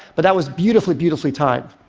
but that was beautifully, beautifully timed.